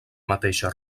mateixa